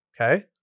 Okay